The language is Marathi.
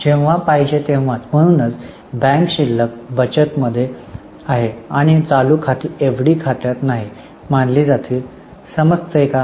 जेव्हा हे पाहिजे तेव्हा म्हणूनच बँक शिल्लक बचत मध्ये आहे आणि चालू खाती एफडी खात्यात नाही मानली जातील समजतंय का